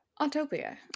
Autopia